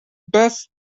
best